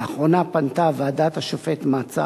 לאחרונה פנתה ועדת השופט מצא